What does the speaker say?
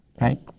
right